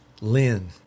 Lynn